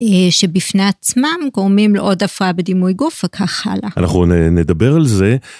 שבפני עצמם גורמים לעוד הפרעה בדימוי גוף, וכך הלאה. -אנחנו נדבר על זה.